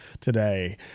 today